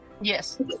Yes